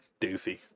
doofy